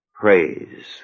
Praise